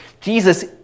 Jesus